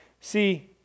See